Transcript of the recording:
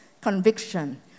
conviction